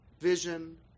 vision